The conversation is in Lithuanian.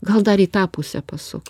gal dar į tą pusę pasuk